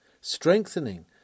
strengthening